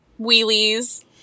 wheelies